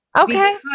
okay